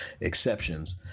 exceptions